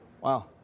Wow